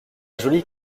jolie